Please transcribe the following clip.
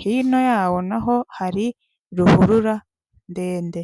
hino yawo naho hari ruhurura ndende.